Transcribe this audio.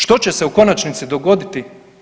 Što će se u konačnici dogoditi?